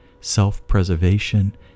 self-preservation